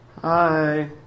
Hi